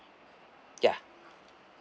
yeah